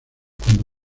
cuando